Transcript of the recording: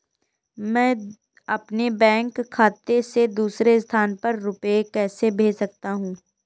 मैं अपने बैंक खाते से दूसरे स्थान पर रुपए कैसे भेज सकता हूँ?